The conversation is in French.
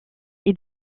ils